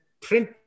print